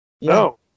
No